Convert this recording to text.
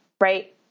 Right